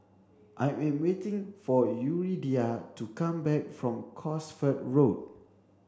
I am waiting for Yuridia to come back from Cosford Road